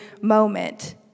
moment